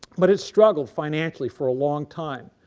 but it struggled financially for a long time.